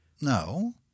No